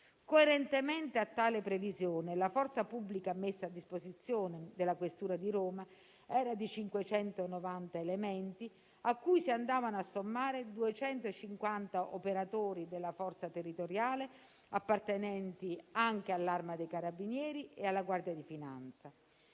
Coerentemente a tale previsione, la forza pubblica messa a disposizione della questura di Roma era di 590 elementi, a cui si andavano a sommare 250 operatori della forza territoriale appartenenti anche all'Arma dei carabinieri e alla Guardia di finanza.